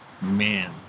Man